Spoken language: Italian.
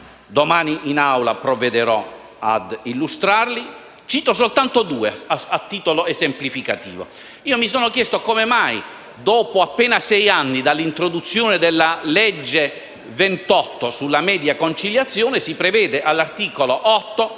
domani in Aula provvederò ad illustrare. Ne cito soltanto due, a titolo esemplificativo. Io mi sono chiesto come mai, dopo appena sei anni dall'introduzione del decreto legislativo n. 28 sulla media conciliazione, si prevede all'articolo 8